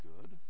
good